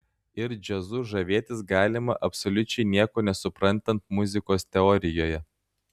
ir džiazu žavėtis galima absoliučiai nieko nesuprantant muzikos teorijoje